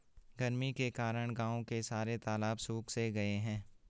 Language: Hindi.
गर्मी के कारण गांव के सारे तालाब सुख से गए हैं